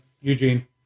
Eugene